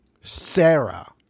Sarah